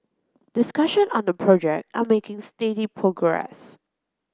discussion on the project are making steady progress